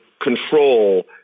control